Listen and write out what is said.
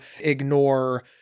ignore